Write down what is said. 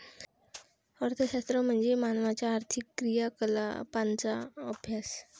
अर्थशास्त्र म्हणजे मानवाच्या आर्थिक क्रियाकलापांचा अभ्यास